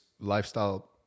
lifestyle